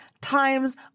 times